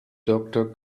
doctor